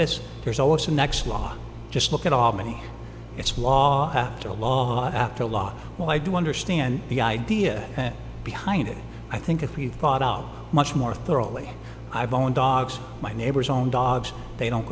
this there's always the next law just look at albany it's wall after law after law well i do understand the idea behind it i think if you've thought out much more thoroughly i've owned dogs my neighbor's own dogs they don't